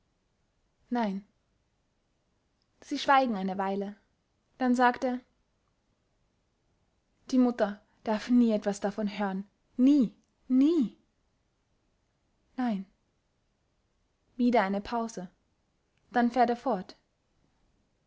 nein sie schweigen eine weile dann sagt er die mutter darf nie etwas davon hören nie nie nein wieder eine pause dann fährt er fort